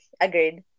Agreed